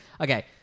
Okay